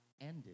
ended